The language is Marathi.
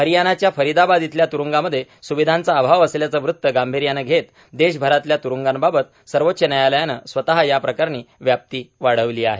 हरियाणाच्या फरीदाबाद इथल्या तुरूंगामध्ये सुविधांचा अभाव असल्याचं वृत्त गांभीर्यानं घेत देशभरातल्या तुरूंगांबाबत सर्वोच्व न्यायालयानं स्वतः याप्रकरणाची व्याप्ती वाढवली आहे